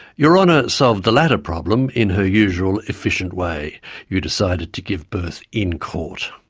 your honour solved the latter problem in her usual efficient way you decided to give birth in court.